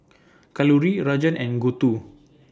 Kalluri Rajan and Gouthu